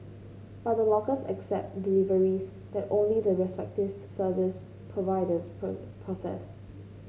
but the lockers accept deliveries that only the respective service providers process